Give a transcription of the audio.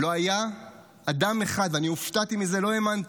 לא היה אדם אחד, אני הופתעתי מזה, לא האמנתי,